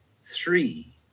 three